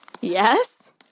Yes